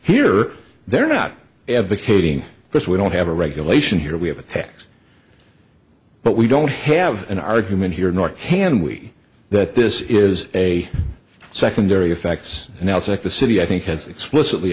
here they're not advocating this we don't have a regulation here we have a tax but we don't have an argument here nor can we that this is a secondary effects and now it's like the city i think has explicitly